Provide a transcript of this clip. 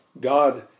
God